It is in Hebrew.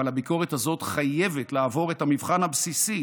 אבל הביקורת הזאת חייבת לעבור את המבחן הבסיסי